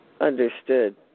Understood